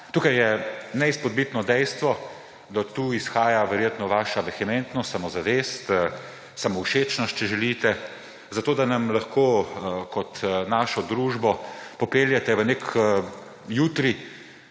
Tukaj je neizpodbitno dejstvo, da od tu verjetno izhaja vaša vehementnost, samozavest, samovšečnost, če želite, da lahko našo družbo popeljete v nek jutri,